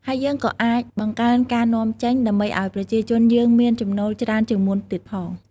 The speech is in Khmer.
ហើយយើងក៏អាចបង្កើនការនាំចេញ ដើម្បីឲ្យប្រជាជនយើងមានចំណូលច្រើនជាងមុនទៀតផង។